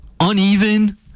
Uneven